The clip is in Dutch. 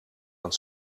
aan